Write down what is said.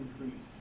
increase